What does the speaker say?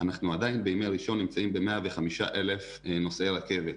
אנחנו עדיין בימי ראשון נמצאים עם 105,000 נוסעי רכבת,